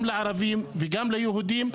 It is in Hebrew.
גם לערבים וגם ליהודים.